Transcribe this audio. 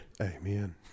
Amen